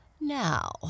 Now